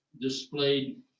displayed